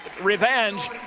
revenge